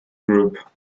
group